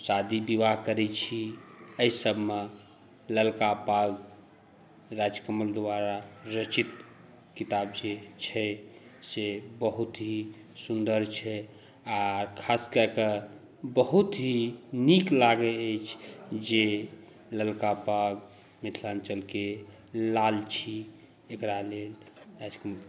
शादी विवाह करै छी एहिसभमे ललका पाग राजकमल द्वारा रचित किताब जे छै से बहुत ही सुन्दर छै आर ख़ास कए कऽ बहुत ही नीक लागै अछि जे ललका पाग मिथिलाञ्चलके लाल छी जेकरा लेल